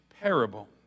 parable